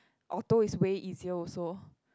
auto is way easier also